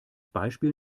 beispiel